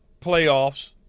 playoffs